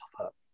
up